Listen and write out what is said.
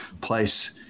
place